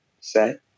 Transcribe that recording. set